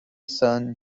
son